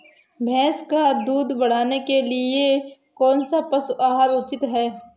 भैंस का दूध बढ़ाने के लिए कौनसा पशु आहार उचित है?